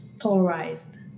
polarized